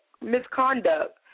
misconduct